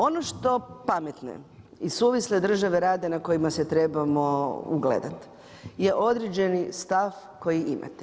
Ono što pametne i suvisle države rade na kojima se trebamo ugledati je određeni stav koji imate.